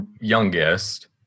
youngest